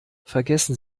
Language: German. vergessen